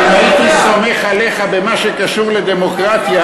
אם הייתי סומך עליך במה שקשור לדמוקרטיה